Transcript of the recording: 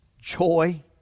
joy